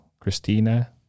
Christina